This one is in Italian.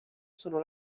sono